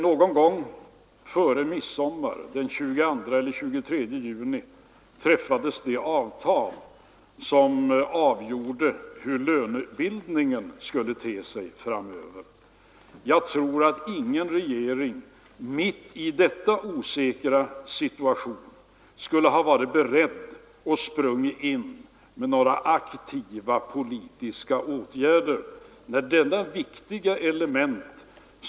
Någon gång före midsommar — den 22 eller 23 juni — träffades det avtal som avgjorde hur lönebildningen skulle te sig framöver. Jag tror inte att någon regering hade varit beredd att springa in med några aktiva politiska åtgärder i denna osäkra situation.